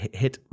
hit